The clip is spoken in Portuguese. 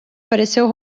pareceu